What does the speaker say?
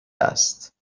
است